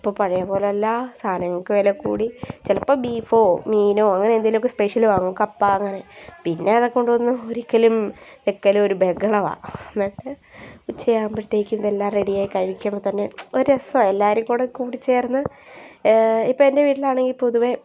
ഇപ്പം പഴയ പോലെയല്ല സാധനങ്ങൾക്ക് വില കൂടി ചിലപ്പോൾ ബീഫോ മീനോ അങ്ങനെ എന്തെങ്കിലുമൊക്കെ സ്പെഷൽ വാങ്ങും കപ്പ അങ്ങനെ അതൊക്കെ കൊണ്ട് വന്ന് ഒരിക്കലും വെക്കൽ ഒരു ബഹളമാണ് എന്നിട്ട് ഉച്ചയാകുമ്പോഴത്തേക്ക് ഇതെല്ലാം റെഡിയായി കഴിക്കുമ്പം തന്നെ ഒരു രസമാണ് എല്ലാവരും കൂടെ കൂടി ചേർന്ന് ഇപ്പം എൻ്റെ വീട്ടിൽ ആണെങ്കിൽ പൊതുവെ